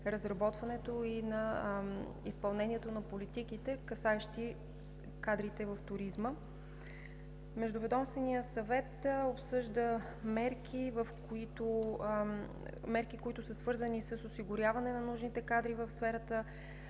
разработването и изпълнението на политиките, касаещи кадрите в туризма. Междуведомственият съвет обсъжда мерки, които са свързани с осигуряване на нужните кадри в сферата